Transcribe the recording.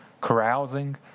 carousing